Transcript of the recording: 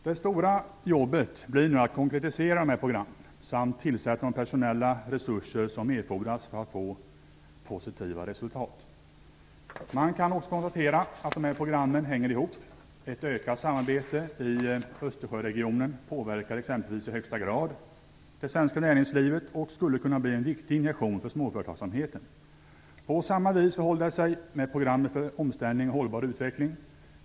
Det stora jobbet blir nu att konkretisera dessa program samt att tillsätta de personella resurser som erfordras för att få positiva resultat. Man kan också konstatera att programmen hänger ihop. Ett ökat samarbete i Östersjöregionen påverkar exempelvis i högsta grad det svenska näringslivet, och skulle kunna bli en viktig injektion för småföretagsamheten. På samma vis förhåller det sig med programmet för omställning och hållbar utveckling.